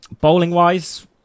Bowling-wise